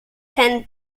ten